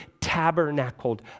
tabernacled